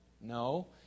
No